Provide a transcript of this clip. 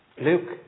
Luke